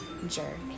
Jerk